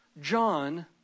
John